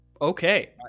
Okay